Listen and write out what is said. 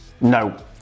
no